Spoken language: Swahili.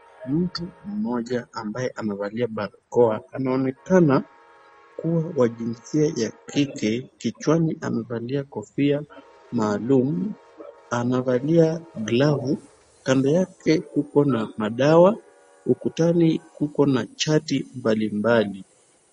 Mtu mmoja ambaye amevalia barakoa, anaonekana kuwa wa jinsia ya kike. Kichwani amevalia kofia maalum, anavalia glavu. Kando yake kuko na madawa. Ukutani kuko na chati mbalimbali.